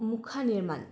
মুখা নিৰ্মাণ